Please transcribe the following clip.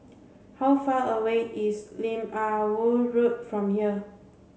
how far away is Lim Ah Woo Road from here